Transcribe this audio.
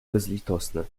bezlitosny